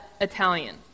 Italian